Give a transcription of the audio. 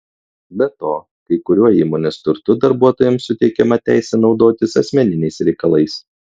be to kai kuriuo įmonės turtu darbuotojams suteikiama teisė naudotis asmeniniais reikalais